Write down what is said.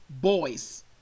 boys